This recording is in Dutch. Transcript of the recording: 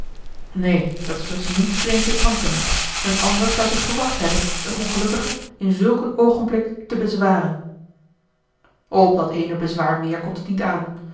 neen dat is lacy niet vreemd in antony een ander zou zich gewacht hebben een ongelukkige in zulk een oogenblik te bezwaren op dat ééne bezwaar meer komt het niet aan